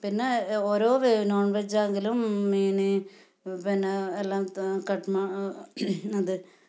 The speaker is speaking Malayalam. പിന്നെ ഓരോ വെ നോൺ വെജ് ആണെങ്കിലും മീൻ പിന്നെ എല്ലാം കട്ട് മാ അത്